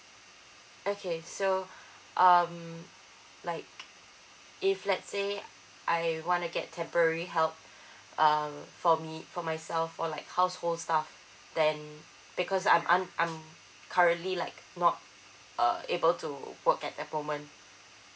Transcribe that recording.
okay so um like if let's say I want to get temporary help um for me for myself for like household stuff then because I'm un~ I'm currently like not uh able to work at that moment